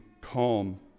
calm